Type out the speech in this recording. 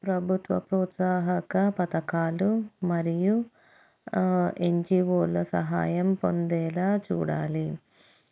ప్రభుత్వ ప్రోత్సాహక పథకాలు మరియు ఎన్ జీ ఓల సహాయం పొందేలా చూడాలి